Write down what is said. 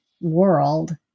world